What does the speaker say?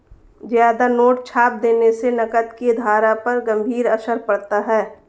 ज्यादा नोट छाप देने से नकद की धारा पर गंभीर असर पड़ता है